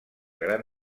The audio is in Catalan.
gran